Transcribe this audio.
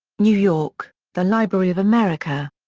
new york the library of america.